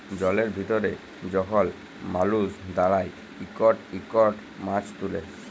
জলের ভিতরে যখল মালুস দাঁড়ায় ইকট ইকট মাছ তুলে